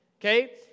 okay